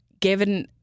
given